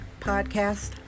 podcast